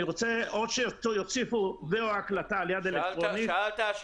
אני רוצה או שיוסיפו ו/או הקלטה ליד אלקטרונית או שיגידו --- שאלת.